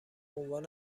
عنوان